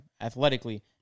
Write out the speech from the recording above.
athletically